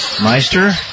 Meister